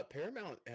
Paramount